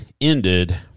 ended